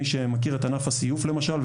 מי שמכיר את ענף הסיוף למשל,